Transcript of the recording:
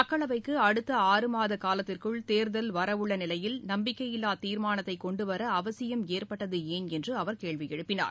மக்களவைக்கு அடுத்த ஆறுமாத காலத்திற்குள் தேர்தல் வரவுள்ள நிலையில் நம்பிக்கையில்லா தீர்மானத்தை கொண்டுவர அவசியம் ஏற்பட்டது ஏன் என்று அவர் கேள்வி எழுப்பினார்